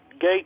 gate